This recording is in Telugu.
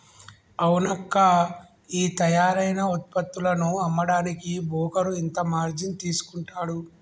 అవునక్కా ఈ తయారైన ఉత్పత్తులను అమ్మడానికి బోకరు ఇంత మార్జిన్ తీసుకుంటాడు